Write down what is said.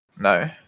No